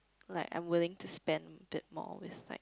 like I'm willing to spend a bit more with like